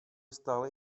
stále